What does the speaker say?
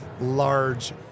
Large